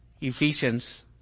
Ephesians